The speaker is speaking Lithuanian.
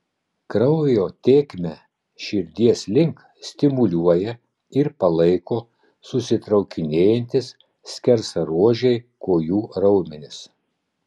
kraujo tėkmę širdies link stimuliuoja ir palaiko susitraukinėjantys skersaruožiai kojų raumenys